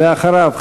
ואחריו,